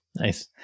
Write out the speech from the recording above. nice